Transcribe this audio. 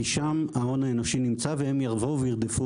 כי שם נמצא ההון האנושי והם יבואו וירדפו